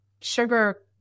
sugar